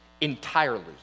Entirely